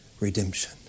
redemption